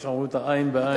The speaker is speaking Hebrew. שאנחנו רואים עין בעין,